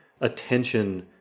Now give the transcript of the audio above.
attention